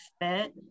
fit